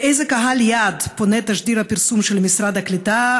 לאיזה קהל יעד פונה תשדיר הפרסום של משרד הקליטה?